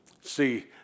See